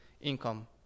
income